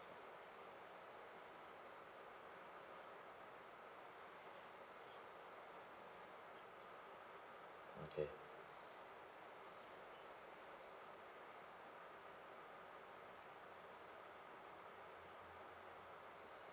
okay